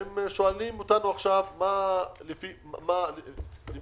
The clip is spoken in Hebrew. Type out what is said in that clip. והם שואלים אותנו עכשיו לפי מה הפרשנות